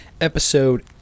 episode